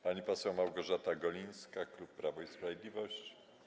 Pani poseł Małgorzata Golińska, klub Prawo i Sprawiedliwość.